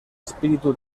espíritu